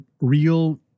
real